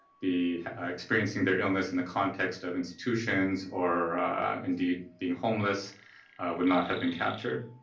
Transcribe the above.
be experiencing their illness in the context of institutions or indeed being homeless would not have been captured.